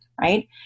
right